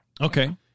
Okay